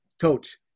coach